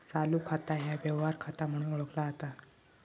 चालू खाता ह्या व्यवहार खाता म्हणून ओळखला जाता